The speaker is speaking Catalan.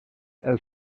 els